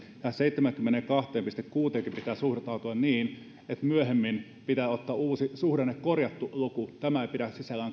tähän seitsemäänkymmeneenkahteen pilkku kuuteenkin pitää suhtautua niin että myöhemmin pitää ottaa uusi suhdannekorjattu luku tämä ei pidä sisällään